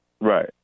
Right